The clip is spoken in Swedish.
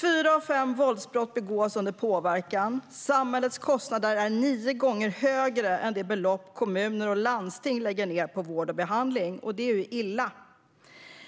Fyra av fem våldsbrott begås under påverkan, och samhällets kostnader är nio gånger högre än det belopp kommuner och landsting lägger på vård och behandling. Det är illa,